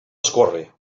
escórrer